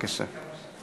בבקשה.